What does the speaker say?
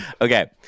Okay